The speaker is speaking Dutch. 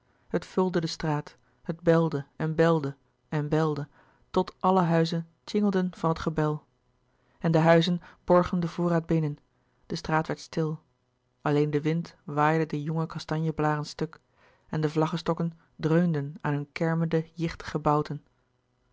het vulde de straat het belde en belde en belde tot alle huizen tjingelden van het gebel en de huizen borgen den voorraad binnen de straat werd stil alleen de wind waaide de jonge kastanje blâren stuk en de vlaggestokken dreunden aan hun kermende jichtige